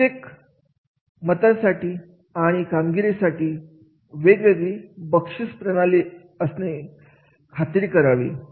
प्रत्यक्ष मतांसाठी आणि कामगिरीसाठी वेगवेगळ्या बक्षीस प्रणाली असण्याची खात्री करा